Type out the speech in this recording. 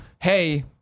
hey